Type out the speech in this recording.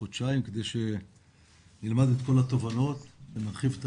חודשיים כדי שנלמד את כל התובנות ונרחיב את